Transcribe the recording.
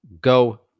Go